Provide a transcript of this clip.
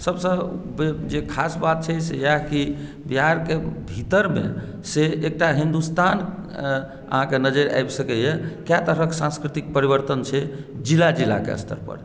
सभसँ जे खास बात छै इयाह कि बिहारके भीतरमे से एकटा हिन्दुस्तान अहाँकेँ नजरि आबि सकैया कय तरहक सांस्कृतिक परिवर्तन छै जिला जिलाके स्तर पर